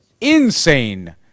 insane